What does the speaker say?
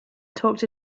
talked